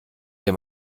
dir